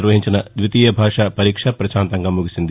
నిర్వహించిన ద్వితీయ భాషా పరీక్ష పశాంతంగా ముగిసింది